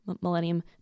Millennium